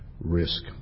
risk